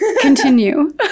continue